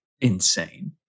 insane